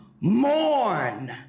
mourn